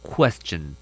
Question